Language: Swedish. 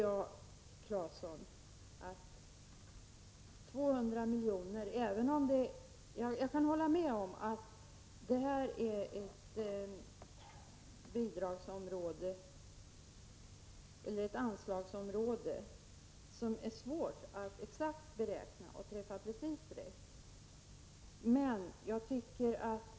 Jag kan hålla med Tore Claeson om att det här är ett område, där det är svårt att exakt beräkna anslagen och träffa precis rätt.